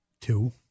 Two